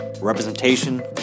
representation